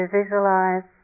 visualize